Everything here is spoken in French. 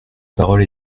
parole